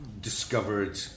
discovered